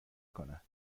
کنن